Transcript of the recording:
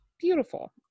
beautiful